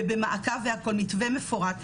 ובמעקב, והכול, מתווה מפורט.